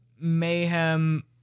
mayhem